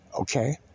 Okay